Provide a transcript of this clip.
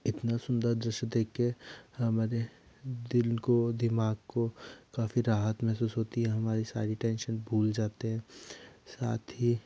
इतना सुंदर दृश देख के हमारे दिल को दिमाग को काफ़ी राहत महसूस होती है हमारी सारी टेंशन भूल जाते हैं हैं साथ ही